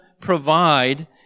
provide